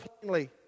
plainly